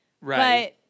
Right